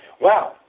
wow